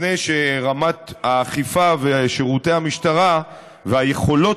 לפני שרמת האכיפה ושירותי המשטרה והיכולות